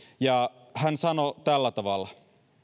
ja hän sanoi tällä tavalla